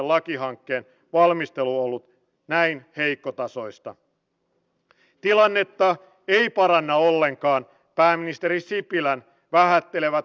siellä erottuvat ne jotka todella tarvitsevat sitä turvapaikkaa ja turismi kääntyy muualle